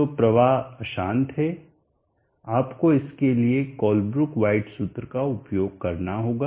तो प्रवाह अशांत है आपको इसके लिए कोलब्रुक वाइट सूत्र का उपयोग करना होगा